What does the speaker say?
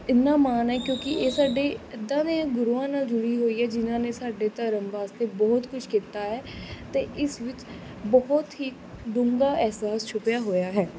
ਇੰਨਾ ਮਾਣ ਹੈ ਕਿਉਂਕਿ ਇਹ ਸਾਡੇ ਇੱਦਾਂ ਦੇ ਗੁਰੂਆਂ ਨਾਲ ਜੁੜੀ ਹੋਈ ਹੈ ਜਿਹਨਾਂ ਨੇ ਸਾਡੇ ਧਰਮ ਵਾਸਤੇ ਬਹੁਤ ਕੁਛ ਕੀਤਾ ਹੈ ਅਤੇ ਇਸ ਵਿੱਚ ਬਹੁਤ ਹੀ ਡੂੰਘਾ ਅਹਿਸਾਸ ਛੁਪਿਆ ਹੋਇਆ ਹੈ